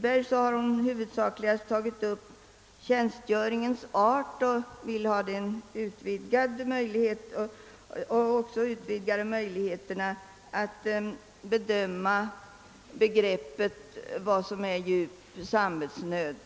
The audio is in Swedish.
bör komma till stånd.